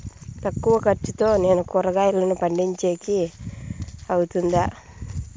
తక్కువ ఖర్చుతో నేను కూరగాయలను పండించేకి అవుతుందా?